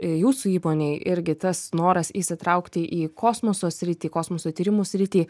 jūsų įmonei irgi tas noras įsitraukti į kosmoso sritį kosmoso tyrimų sritį